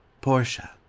portia